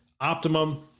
Optimum